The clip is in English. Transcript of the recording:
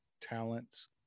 talents